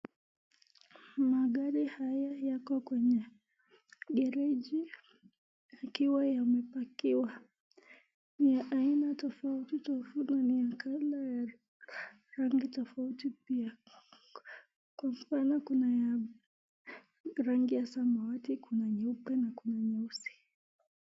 Magari haya yako kwenye gereji ikiwa yame pakiwa niya aina tofauti tofauti na colour ya rangi tofauti pia. Kwa mfano kuna ya rangi ya samawati, kuna nyeupe na kuna nyeusi.